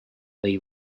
või